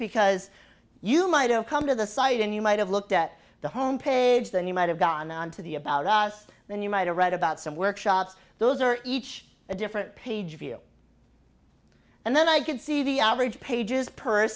because you might have come to the site and you might have looked at the homepage then you might have gone on to the about us then you might have read about some workshops those are each a different page view and then i could see the average pages per